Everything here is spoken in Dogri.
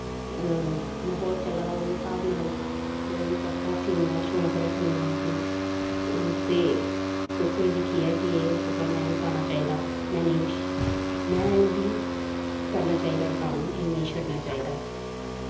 म्हौल चला दा ओह्दे स्हाब नाल जो बी कपड़ा सीनें दा शौंक रक्खनी ऐं कि कुसै गी दिकिखियै एह् कपड़ा में बी पाना चाहिदा में बी करना चाहिदा एह् कम्म एह् नेईं छड़ना चाहिदा